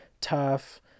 Tough